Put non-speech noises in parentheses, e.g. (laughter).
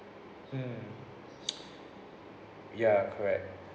mm (noise) ya correct